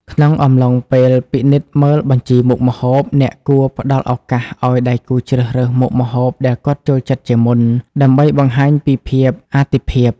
ក្នុងកំឡុងពេលពិនិត្យមើលបញ្ជីមុខម្ហូប អ្នកគួរផ្ដល់ឱកាសឱ្យដៃគូជ្រើសរើសមុខម្ហូបដែលគាត់ចូលចិត្តជាមុន ដើម្បីបង្ហាញពីភាពអាទិភាព។